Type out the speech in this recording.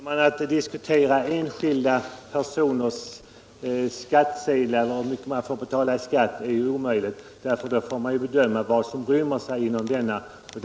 Herr talman! Att diskutera enskilda personers skattsedlar och hur mycket dessa personer får betala i skatt är omöjligt. Man måste ju kunna bedöma alla omständigheter i sammanhanget.